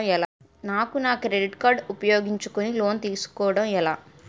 నాకు నా credit card ఉపయోగించుకుని లోన్ తిస్కోడం ఎలా?